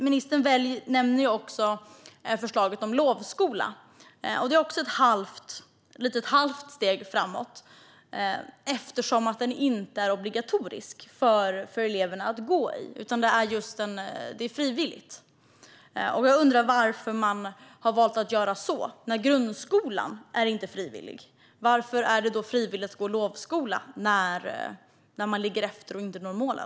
Ministern nämner också förslaget om lovskola. Det är också ett halvt steg framåt, eftersom den inte är obligatorisk för eleverna att gå i. Den är frivillig. Jag undrar varför man har valt att göra så. När grundskolan inte är frivillig, varför är det då frivilligt att gå i lovskola när en elev ligger efter och inte når målen?